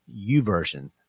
uversion